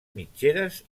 mitgeres